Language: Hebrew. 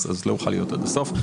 אז לא אוכל להיות עד הסוף.